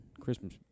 Christmas